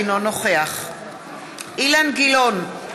אינו נוכח אילן גילאון,